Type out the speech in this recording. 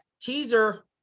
teaser